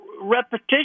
repetition